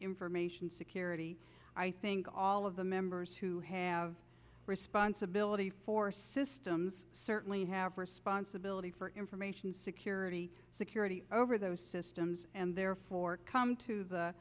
information security i think all of the members who have responsibility for systems certainly have responsibility for information security security over those systems and therefore come to the